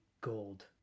gold